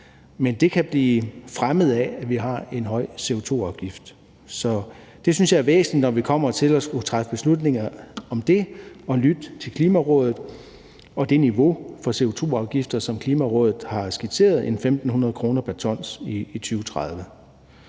men det kan blive fremmet af, at vi har en høj CO2-afgift. Så jeg synes, det er væsentligt, når vi kommer til at skulle træffe beslutninger om det, at lytte til Klimarådet og det niveau for CO2-afgifter, som Klimarådet har skitseret – omkring 1.500 kr. pr. t i 2030.